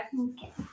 okay